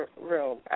room